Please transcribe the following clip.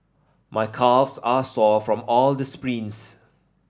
my calves are sore from all the sprints